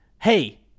hey